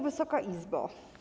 Wysoka Izbo!